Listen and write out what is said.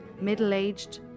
Middle-aged